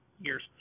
years